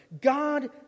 God